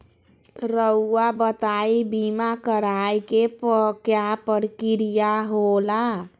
रहुआ बताइं बीमा कराए के क्या प्रक्रिया होला?